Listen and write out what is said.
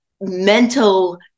mental